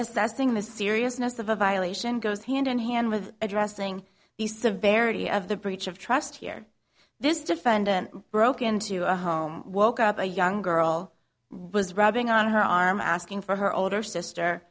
assessing the seriousness of a violation goes hand in hand with addressing the severity of the breach of trust here this defendant broke into a home woke up a young girl was rubbing on her arm asking for her older sister